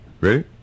Ready